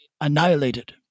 annihilated